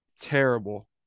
Terrible